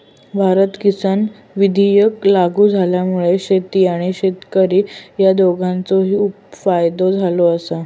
भारत किसान विधेयक लागू झाल्यामुळा शेती आणि शेतकरी ह्या दोघांचोही फायदो झालो आसा